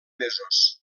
mesos